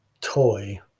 toy